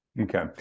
Okay